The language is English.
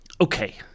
Okay